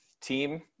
team